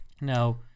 Now